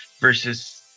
versus